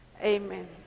Amen